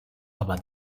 aber